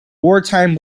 wartime